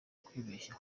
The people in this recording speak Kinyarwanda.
kwibeshya